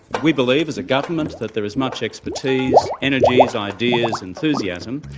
we believe as a government that there is much expertise, energies, ideas, enthusiasm,